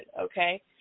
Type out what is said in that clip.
okay